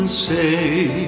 say